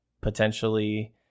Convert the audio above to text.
potentially